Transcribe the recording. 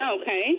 Okay